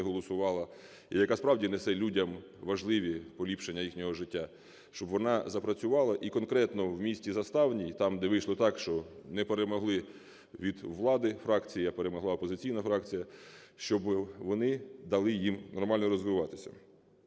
голосувала, і яка справді несе людям важливі поліпшення їхнього життя, щоб вона запрацювала, і конкретно в місті Заставній, там, де вийшло так, що не перемогли від влади фракції, а перемогла опозиційна фракція, щоб вони дали їм нормально розвиватися.